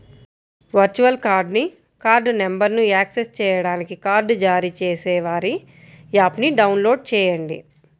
virtual కార్డ్ని card నంబర్ను access చేయడానికి కార్డ్ జారీ చేసేవారి యాప్ని డౌన్లోడ్ చేయండి